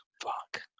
Fuck